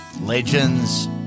Legends